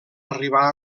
arribar